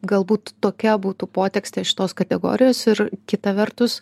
galbūt tokia būtų potekstė šitos kategorijos ir kita vertus